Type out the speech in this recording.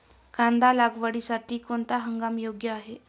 कांदा लागवडीसाठी कोणता हंगाम योग्य आहे?